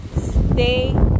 stay